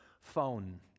phone